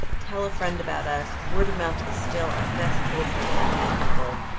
tell a friend about us. word of mouth is still our best tool for attracting new people.